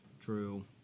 True